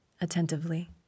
attentively